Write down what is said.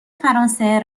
فرانسه